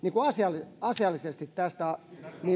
asiallisesti asiallisesti tästä